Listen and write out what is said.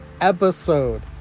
episode